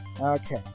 Okay